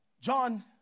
John